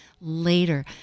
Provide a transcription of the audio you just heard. later